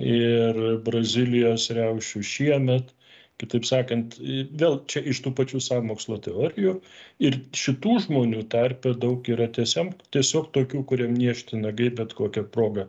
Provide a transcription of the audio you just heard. ir brazilijos riaušių šiemet kitaip sakant vėl čia iš tų pačių sąmokslo teorijų ir šitų žmonių tarpe daug yra tiesiam tiesiog tokių kuriem niežti nagai bet kokia proga